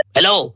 Hello